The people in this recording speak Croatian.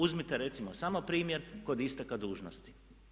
Uzmite recimo samo primjer kod isteka dužnosti.